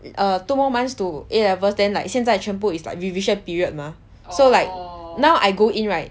uh two more months to A-levels then like 现在全部 is like revision period mah so like now I go in right